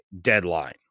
deadline